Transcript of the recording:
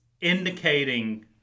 indicating